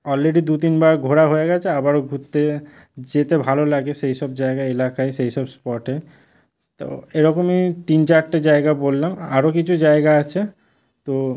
already দু তিনবার ঘোরা হয়ে গেছে আবারও ঘুরতে যেতে ভালো লাগে সেই সব জায়গায় এলাকায় সেই সব স্পটে তো এরকমই তিন চারটে জায়গা বললাম আরও কিছু জায়গা আছে তো